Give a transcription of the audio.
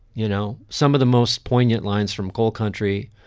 you know, some of the most poignant lines from coal country,